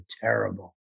terrible